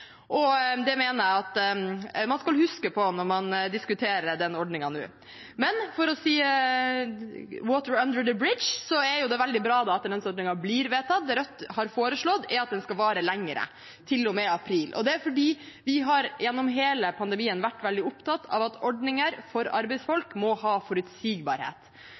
Det mener jeg man skal huske på når man diskuterer den ordningen nå. Men for å si «water under the bridge», så er det veldig bra at lønnsstøtteordningen blir vedtatt. Det Rødt har foreslått, er at den skal vare lenger, til og med april. Det er fordi vi gjennom hele pandemien har vært veldig opptatt av at ordninger for arbeidsfolk må ha forutsigbarhet.